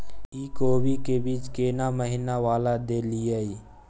इ कोबी के बीज केना महीना वाला देलियैई?